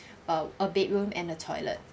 uh a bedroom and a toilet